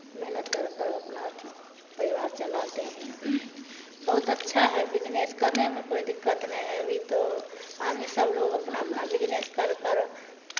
मेहनत कर कर अपना परिवार चलाते हैं बहुत अच्छा है बिज़नेस करने में कोई दिक्कत नहीं है अभी तो अब ये सब लोग अपना अपना बिज़नेस कर कर